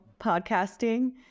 podcasting